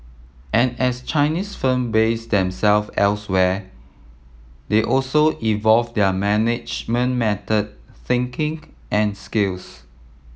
and as Chinese firm base themselves elsewhere they also evolve their management methods thinking and skills